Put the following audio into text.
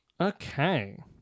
okay